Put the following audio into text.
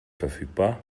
verfügbar